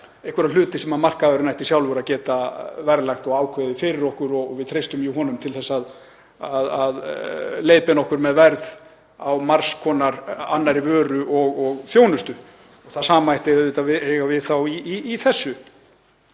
einhverja hluti sem markaðurinn ætti sjálfur að geta verðlagt og ákveðið fyrir okkur og við treystum honum jú til að leiðbeina okkur með verð á margs konar annarri vöru og þjónustu. Það sama ætti auðvitað að eiga við í þessu.